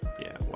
yeah,